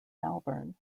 malvern